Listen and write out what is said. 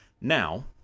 now